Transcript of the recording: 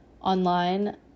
online